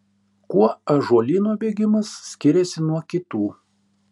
kuo ąžuolyno bėgimas skiriasi nuo kitų